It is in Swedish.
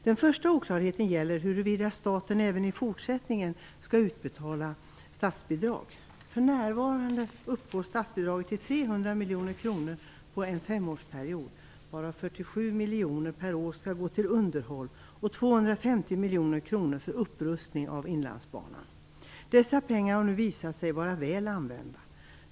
Den första oklarheten gäller huruvida staten även i fortsättningen skall utbetala statsbidrag. För närvarande uppgår statsbidraget till 300 miljoner kronor på en femårsperiod, varav 47 miljoner kronor per år skall gå till underhåll och 250 miljoner kronor för upprustning av Inlandsbanan. Dessa pengar har nu visat sig vara väl använda.